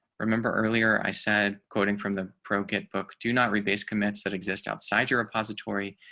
remember earlier i said quoting from the pro get book do not replace commits that exist outside your repository,